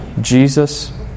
Jesus